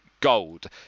gold